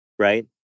Right